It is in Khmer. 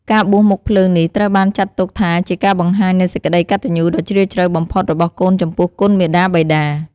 ការបួសមុខភ្លើងនេះត្រូវបានចាត់ទុកថាជាការបង្ហាញនូវសេចក្ដីកតញ្ញូដ៏ជ្រាលជ្រៅបំផុតរបស់កូនចំពោះគុណមាតាបិតា។